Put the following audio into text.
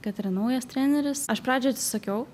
kad yra naujas treneris aš pradžioj atsisakiau